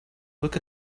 look